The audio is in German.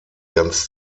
ganz